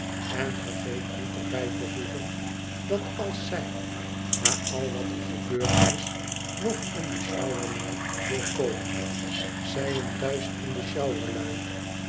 en vergeet niet er bij te voegen dat als zij na al wat er gebeurd is nog in de sjouwerlui wil komen zij een thuis in de sjouwerlui